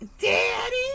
Daddy